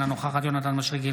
אינה נוכחת יונתן מישרקי,